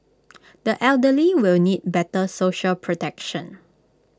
the elderly will need better social protection